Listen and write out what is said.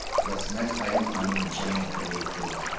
so that's the next item on the agenda that we approved.